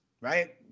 right